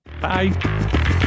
Bye